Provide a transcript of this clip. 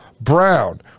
Brown